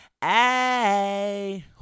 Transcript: Hey